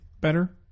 better